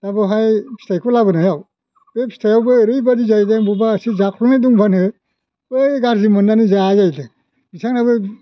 दा बेवहाय फिथाइखौ लाबोनायाव बे फिथाइयावबो ओरैबायदि जाहैदों बबेबा एसे जाख्ल'नाय दंबानो बै गाज्रि मोननानै जाया जाहैदों बिथांनाबो